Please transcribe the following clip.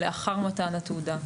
לאחר מתן התעודה,